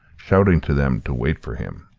shouting to them to wait for him.